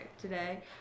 Today